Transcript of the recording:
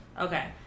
Okay